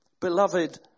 Beloved